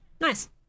Nice